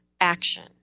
action